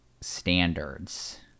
standards